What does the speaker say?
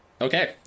Okay